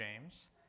James